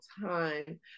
time